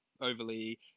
overly